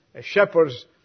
shepherds